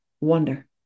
Wonder